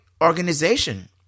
organization